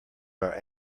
are